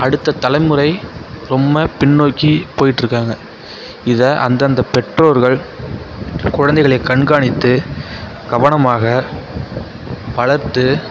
அடுத்த தலைமுறை ரொம்ப பின்னோக்கி போய்ட்ருக்காங்க இதை அந்தந்த பெற்றோர்கள் குழந்தைகளை கண்காணித்து கவனமாக வளர்த்து